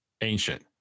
ancient